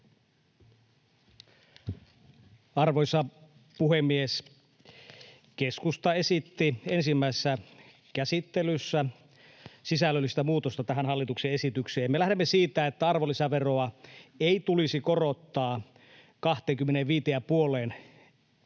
Arvoisa puhemies! Keskusta esitti ensimmäisessä käsittelyssä sisällöllistä muutosta tähän hallituksen esitykseen. Me lähdemme siitä, että arvonlisäveroa ei tulisi korottaa 25,5